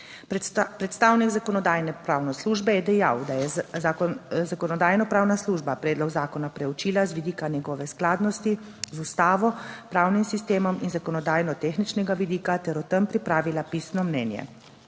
Predstavnik Zakonodajno-pravne službe je dejal, da je Zakonodajno-pravna služba predlog zakona preučila z vidika njegove skladnosti z Ustavo, pravnim sistemom in zakonodajno tehničnega vidika ter o tem pripravila pisno mnenje.